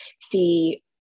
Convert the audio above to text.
see